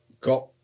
got